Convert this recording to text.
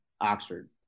Oxford